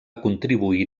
contribuir